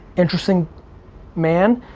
interesting man.